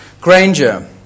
Granger